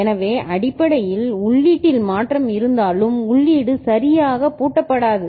எனவே அடிப்படையில் உள்ளீட்டில் மாற்றம் இருந்தாலும் உள்ளீடு சரியாக பூட்டப்படாது